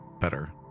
better